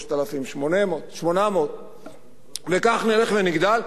3,800. כך נלך ונגדל.